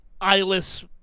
eyeless